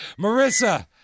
Marissa